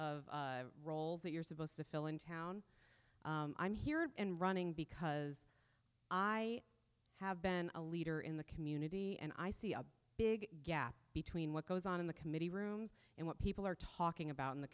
of roles that you're supposed to fill in town i'm here and running because i have been a leader in the community and i see a big gap between what goes on in the committee rooms and what people are talking about in the